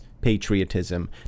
patriotism